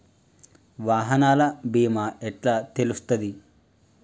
వాహనాల బీమా ఎట్ల తెలుస్తది?